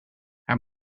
haar